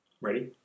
Ready